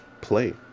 play